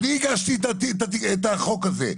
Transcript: אני הגשתי את החוק הזה.